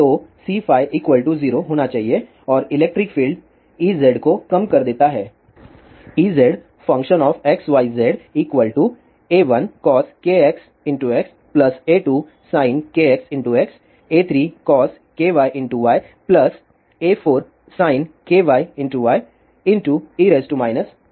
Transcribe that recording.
तो C5 0 होना चाहिए और इलेक्ट्रिक फील्ड Ez को कम कर देता है EzxyzA1cos kxx A2sin kxx A3cos kyy A4sin⁡e γz